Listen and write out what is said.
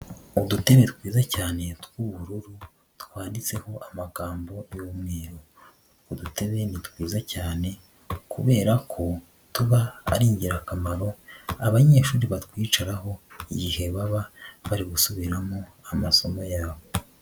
Ududebe twiza cyane tw'ubururu twanditseho amagambo yu'mweru. Udutebe twiza cyane kubera ko tuba ari ingirakamaro abanyeshuri batwicaraho igihe baba bari gusubiramo amasomo yabo.